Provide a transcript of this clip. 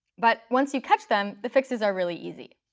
but once you catch them, the fixes are really easy.